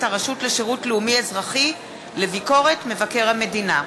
הרשות לשירות לאומי-אזרחי לביקורת מבקר המדינה.